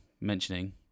mentioning